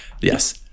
Yes